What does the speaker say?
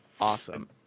Awesome